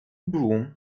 broom